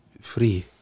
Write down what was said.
free